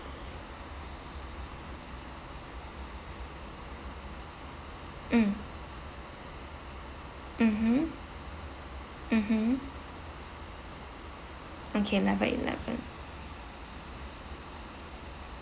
mm mmhmm mmhmm okay level eleven